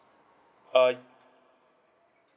uh